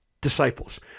disciples